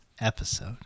episode